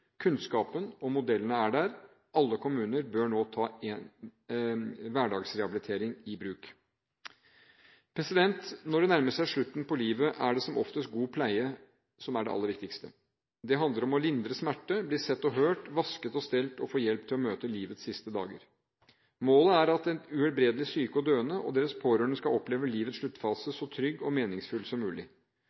Kunnskapen og modellene er der. Alle kommuner bør nå ta hverdagsrehabilitering i bruk. Når det nærmer seg slutten på livet, er som oftest god pleie det aller viktigste. Det handler om å lindre smerte, bli sett og hørt, vasket og stelt og få hjelp til å møte livets siste dager. Målet er at uhelbredelig syke og døende og deres pårørende skal oppleve livets sluttfase så trygg og meningsfull som mulig.